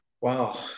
Wow